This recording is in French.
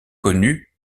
connu